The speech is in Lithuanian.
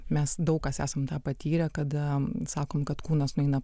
mes daug kas esam patyrę kada sakom kad kūnas nueina